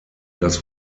das